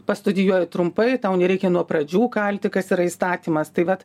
pastudijuoji trumpai tau nereikia nuo pradžių kalti kas yra įstatymas tai vat